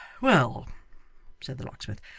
well said the locksmith.